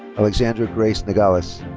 alexandra grace nagales.